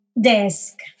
desk